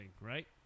right